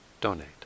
donate